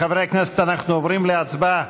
חברי הכנסת, אנחנו עוברים להצבעה.